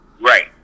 Right